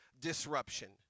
disruption